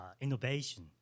innovation